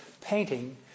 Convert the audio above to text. painting